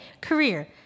career